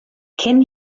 cyn